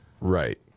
Right